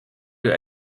your